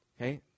Okay